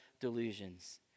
delusions